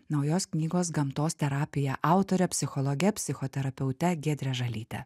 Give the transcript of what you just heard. naujos knygos gamtos terapija autore psichologe psichoterapeute giedre žalyte